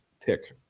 pick